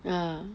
ya